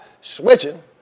switching